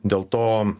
dėl to